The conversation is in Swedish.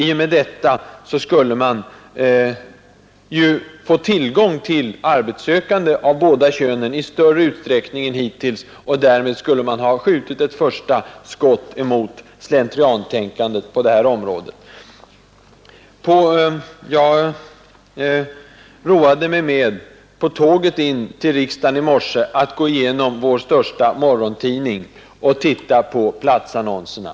I och med detta skulle man ju få tillgång till arbetssökande av båda könen i större utsträckning än hittills, och därmed skulle man ha Lagstiftning mot skjutit ett första skott mot slentriantänkandet på detta område. könsdiskriminering På tåget in till riksdagen i morse roade jag mig med att gå igenom vår på arbetsmarknastörsta morgontidning och titta på platsannonserna.